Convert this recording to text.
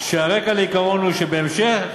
שהרקע לעיקרן הוא שבמשך